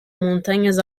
montanhas